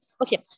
okay